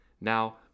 Now